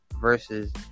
versus